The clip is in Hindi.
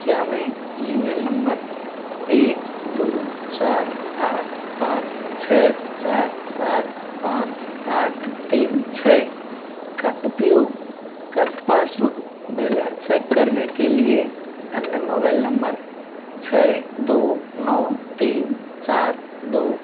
क्या मैं यू एन नंबर एक दो चार आठ पाँच छ चार सात पाँच आठ तीन छ का उपयोग कर पासबुक बैलेंस चेक करने के लिए अन्य मोबाइल नंबर छ दो नौ तीन चार दो